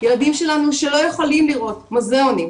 ילדים שלנו לא יכולים להיכנס למוזיאונים,